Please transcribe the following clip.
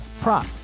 prop